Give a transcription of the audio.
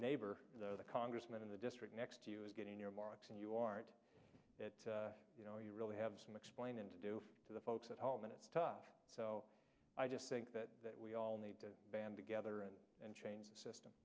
neighbor though the congressman in the district next to you is getting your marks and you aren't that you know you really have some explaining to do for the folks at home and so i just think that that we all need to band together and change the system